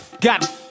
got